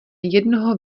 jednoho